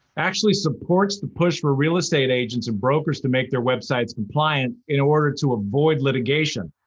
actually supports the push for real estate agents and brokers to make their websites compliant in order to avoid litigation.